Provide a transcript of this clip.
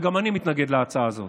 וגם אני מתנגד להצעה הזאת.